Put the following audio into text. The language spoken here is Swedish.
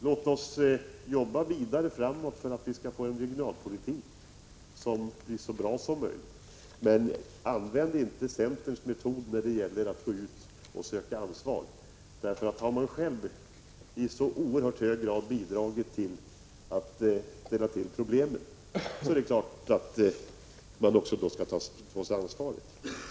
Låt oss jobba vidare för att vi skall få till stånd en regionalpolitik som är så bra som möjligt, men låt oss inte använda centerns metod när det gäller att fördela ansvaret! Har man själv i så oerhört hög grad bidragit till att åstadkomma problemen som centern har är det klart att man också skall ta på sig ansvaret.